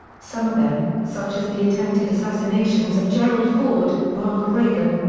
some of them, such as the attempted assassinations of gerald ford, ronald reagan,